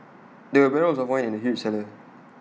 there were barrels of wine in the huge cellar